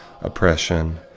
oppression